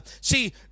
see